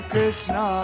Krishna